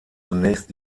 zunächst